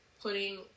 putting